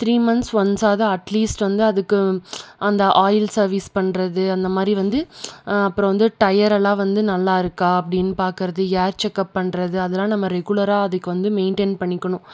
three months once ஆகுது at least வந்து அதுக்கு அந்த ஆயில் சர்வீஸ் பண்றது அந்தமாதிரி வந்து அப்புறம் வந்து டையர் எல்லாம் வந்து நல்லா இருக்கா அப்படின்னு பார்க்கறது ஏர் செக்கப் பண்றது அதெல்லாம் நம்ம ரெகுலராக அதுக்கு வந்து மெயின்டெயின் பண்ணிக்கணும்